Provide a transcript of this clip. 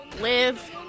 live